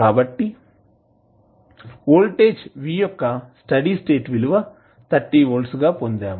కాబట్టి voltage v యొక్క steady state విలువ 30 వోల్ట్స్ గా పొందాము